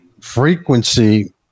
frequency